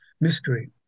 mystery